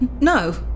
No